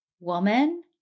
woman